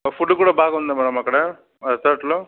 food కూడా బాగుందా madam అక్కడ ఆ చోటులో